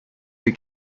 the